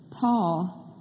Paul